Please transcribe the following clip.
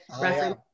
reference